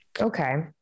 Okay